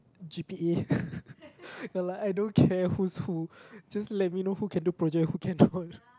G_P_A you are like I don't care who's who just let me know who can do project who can do